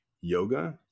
yoga